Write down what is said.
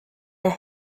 der